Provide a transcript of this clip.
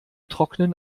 trocknen